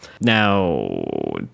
now